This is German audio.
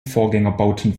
vorgängerbauten